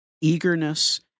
eagerness